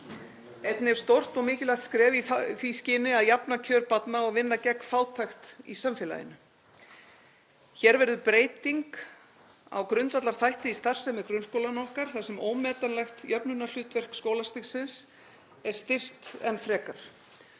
einnig stórt og mikilvægt skref í því skyni að jafna kjör barna og vinna gegn fátækt í samfélaginu. Hér verður breyting á grundvallarþætti í starfsemi grunnskólanna okkar þar sem ómetanlegt jöfnunarhlutverk skólastigsins er styrkt enn frekar.